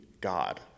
God